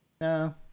no